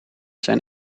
zijn